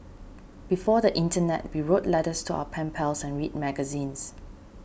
before the internet we wrote letters to our pen pals and read magazines